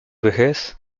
vejez